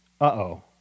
Uh-oh